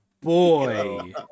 boy